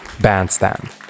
Bandstand